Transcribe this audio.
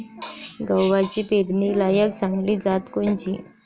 गव्हाची पेरनीलायक चांगली जात कोनची?